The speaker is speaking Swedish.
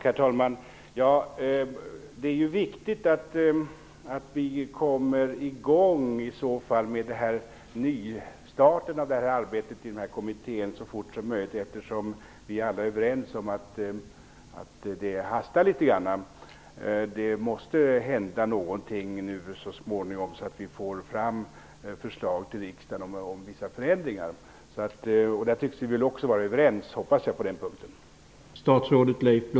Herr talman! Det är ju viktigt i så fall att vi kommer i gång med nystarten av arbetet i kommittén så fort som möjligt. Vi är alla överens om att det hastar litet grand. Det måste hända någonting nu så småningom, så att vi får fram förslag till riksdagen om vissa förändringar. Vi tycks vara överens också på den punkten - hoppas jag.